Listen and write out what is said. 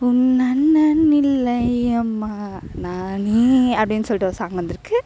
அப்படின் சொல்லிட்டு ஒரு சாங்க்ஸ் வந்து இருக்கு